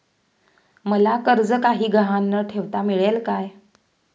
मला कर्ज काही गहाण न ठेवता मिळेल काय?